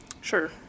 Sure